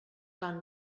van